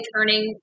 turning